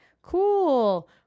cool